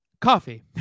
Coffee